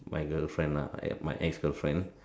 my girlfriend lah my my ex girlfriend